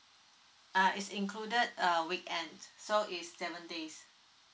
uh is included err weekend so is seven days